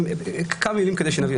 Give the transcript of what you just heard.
כמה מילים כדי שנבין,